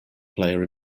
player